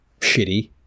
shitty